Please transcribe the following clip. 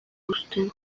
husten